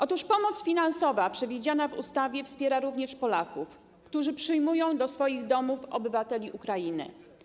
Otóż pomocą finansową przewidzianą w ustawie wspieramy również Polaków, którzy przyjmują do swoich domów obywateli Ukrainy.